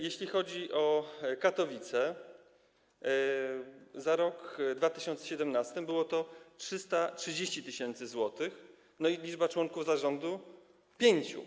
Jeśli chodzi o Katowice, to za rok 2017 było to 330 tys. zł, liczba członków zarządu - pięciu.